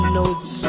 notes